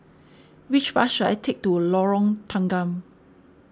which bus should I take to Lorong Tanggam